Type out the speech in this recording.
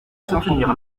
soutenir